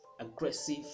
aggressive